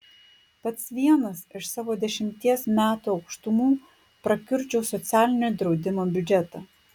pats vienas iš savo dešimties metų aukštumų prakiurdžiau socialinio draudimo biudžetą